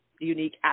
Unique